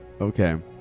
okay